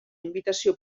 invitació